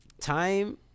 time